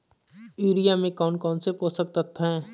Urea में कौन कौन से पोषक तत्व है?